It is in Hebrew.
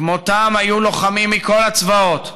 כמוהם היו לוחמים מכל הצבאות,